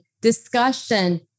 discussion